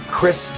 Chris